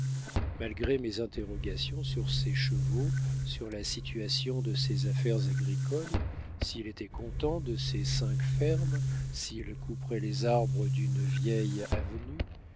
malgré mes interrogations sur ses chevaux sur la situation de ses affaires agricoles s'il était content de ses cinq fermes s'il couperait les arbres d'une vieille avenue